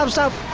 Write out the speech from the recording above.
um stop.